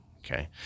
Okay